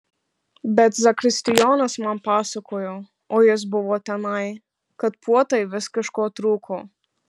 bet zakristijonas man pasakojo o jis buvo tenai kad puotai vis kažko trūko